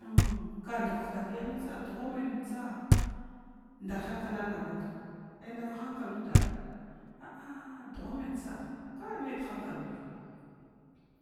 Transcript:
In kdavav taki amata dugha mntsa ndar hankalana amud ka ndavad ai ndva hnkal nudai a a dughmn tsa kai maidughunkalbi